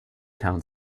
town